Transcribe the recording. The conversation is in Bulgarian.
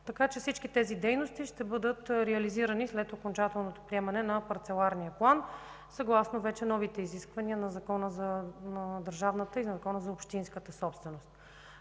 Така че всички тези дейности ще бъдат реализирани след окончателното приемане на парцеларния план, съгласно новите изисквания на Закона за държавната и на Закона за общинската собственост.